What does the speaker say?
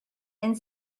and